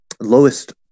lowest